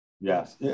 yes